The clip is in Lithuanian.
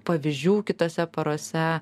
pavyzdžių kitose porose